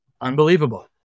unbelievable